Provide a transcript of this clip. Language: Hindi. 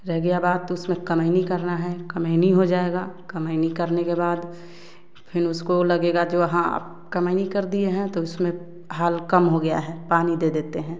रह गया बात उसमें कमैनी करना हैं कमैनी हो जाएगा कमैनी करने के बाद फिर उसको लगेगा जो वहाँ कमैनी कर दिए हैं तो उसमें हाल कम हो गया हैं पानी दे देतें हैं